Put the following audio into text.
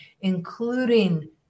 including